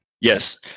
Yes